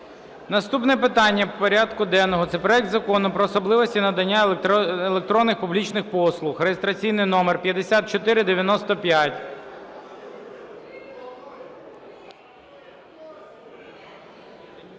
Наступне питання порядку денного – це проект Закону про особливості надання електронних публічних послуг (реєстраційний номер 5495).